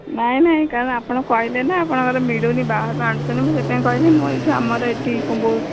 ନାଇଁ ନାଇଁ କାରଣ ଆପଣ କହିଲେ ନା ଆପଣଙ୍କର ମିଳୁନି ବାହାରୁ ଆଣୁଛନ୍ତି ମୁଁ ସେଥିପାଇଁ କହିଲି ମୁଁ ଏଇଠୁ ଆମର ଏଇଠି ବହୁତ